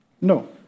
No